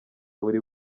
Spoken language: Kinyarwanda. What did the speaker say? buri